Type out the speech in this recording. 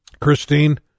Christine